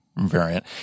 variant